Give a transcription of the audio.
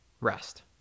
rest